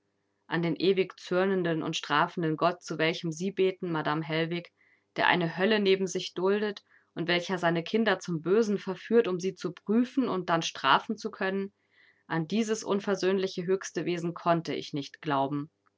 an den ewig zürnenden und strafenden gott zu welchem sie beten madame hellwig der eine hölle neben sich duldet und welcher seine kinder zum bösen verführt um sie zu prüfen und dann strafen zu können an dieses unversöhnliche höchste wesen konnte ich nicht glauben